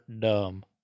dumb